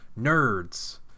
Nerds